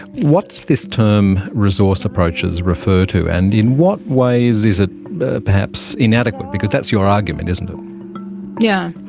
what does this term resource approaches refer to? and in what ways is it perhaps inadequate because that's your argument, isn't it? yeah